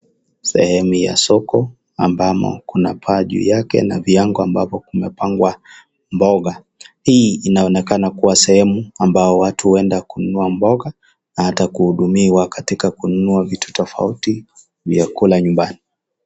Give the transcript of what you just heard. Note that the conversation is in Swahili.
Sehemu ya soko ambapo kuna paa juu ya viwango kuna mboga hizi inaonekana kuwa sehemu ambayo watu huenda kununua mboga na kuhudumiwa katika kununua vitu tofauti vya nyumbani.